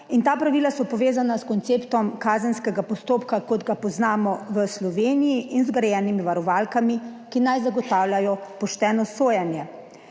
ta pravila so povezana s konceptom kazenskega postopka, kot ga poznamo v Sloveniji in zgrajenimi varovalkami, ki naj zagotavljajo pošteno sojenje.